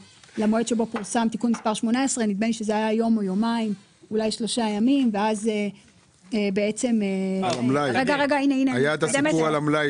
למועד שבו פורסם תיקון מס' 18. היה את הסיפור על המלאי,